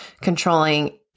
controlling